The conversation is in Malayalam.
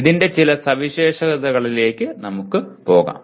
ഇതിന്റെ ചില സവിശേഷതകളിലേക്ക് നമുക്ക് പോകാം